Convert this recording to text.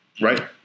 right